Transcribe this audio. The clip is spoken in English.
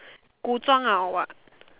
古装 ah or what